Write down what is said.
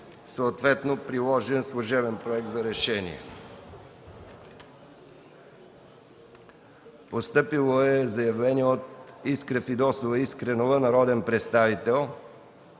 Съответно – приложен служебен Проект за решение. Постъпило е заявление от Искра Фидосова Искренова – народен представител.